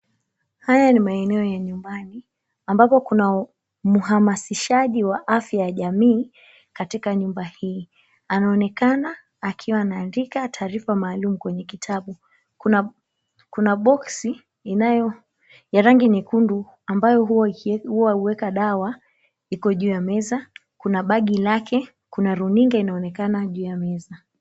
Haya ni maeneo ya nyumbani ambapo kuna mhamasishaji wa afya ya jamii katika nyumba hii. Anaonekana akiwa anaandika taarifa maalum kwenye kitabu. Kuna boksi ya rangi nyekundu ambayo huwa huweka dawa iko juu ya meza. Kuna bagi lake, kuna runinga inaonekana iko juu ya meza.